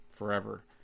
forever